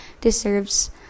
deserves